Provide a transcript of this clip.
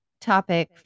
topic